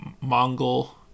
Mongol